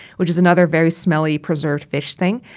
which is another very smelly, preserved fish thing.